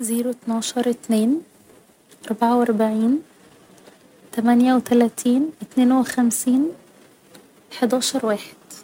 زيرو اتناشر اتنين اربعة و أربعين تمانية و تلاتين اتنين و خمسين حداشر واحد